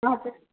हजुर